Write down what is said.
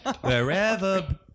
Wherever